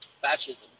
fascism